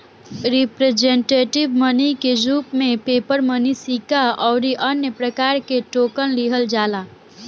representative money के रूप में पेपर मनी सिक्का अउरी अन्य प्रकार के टोकन लिहल जाला